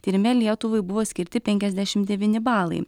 tyrime lietuvai buvo skirti penkiasdešim devyni balai